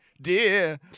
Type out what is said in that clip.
dear